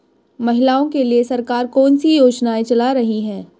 महिलाओं के लिए सरकार कौन सी योजनाएं चला रही है?